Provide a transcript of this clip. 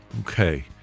Okay